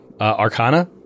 Arcana